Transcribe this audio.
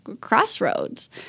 crossroads